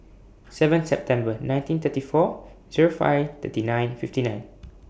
seven September nineteen thirty four Zero five thirty nine fifty nine